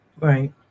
Right